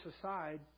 aside